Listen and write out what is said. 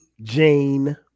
Jane